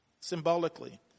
symbolically